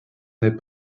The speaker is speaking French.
n’est